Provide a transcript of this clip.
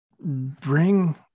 bring